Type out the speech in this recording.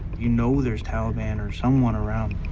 you know there's taliban or someone around.